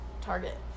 Target